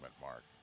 Mark